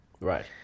Right